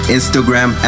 Instagram